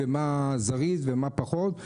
מה זריז ומה פחות,